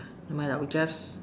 never mind we just